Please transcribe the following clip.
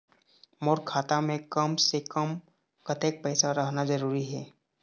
मोर खाता मे कम से से कम कतेक पैसा रहना जरूरी हे?